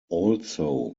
also